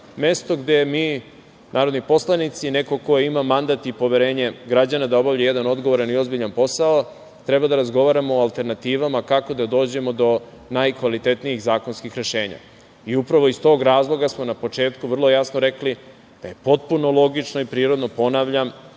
mesto gde mi narodni poslanici, neko ko ima mandat i poverenje građana da obavlja jedan odgovoran i ozbiljan posao treba da razgovaramo o alternativama kako da dođemo do najkvalitetnijih zakonskih rešenja i upravo iz tog razloga smo na početku vrlo jasno rekli da je potpuno logično i prorodno, ponavljam,